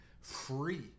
free